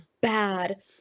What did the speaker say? bad